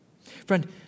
Friend